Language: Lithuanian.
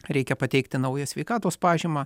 reikia pateikti naują sveikatos pažymą